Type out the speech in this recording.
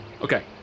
okay